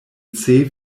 estis